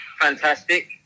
fantastic